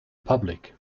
public